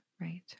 right